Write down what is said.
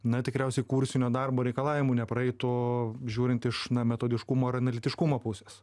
na tikriausiai kursinio darbo reikalavimų nepraeitų žiūrint iš na metodiškumo ir analitiškumo pusės